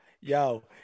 yo